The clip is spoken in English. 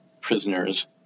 prisoners